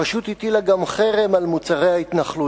הרשות הטילה גם חרם על מוצרי ההתנחלויות.